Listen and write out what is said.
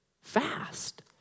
Fast